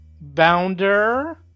Bounder